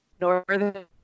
northern